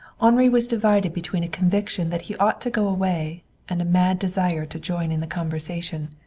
henri was divided between a conviction that he ought to go away and a mad desire to join in the conversation,